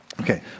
Okay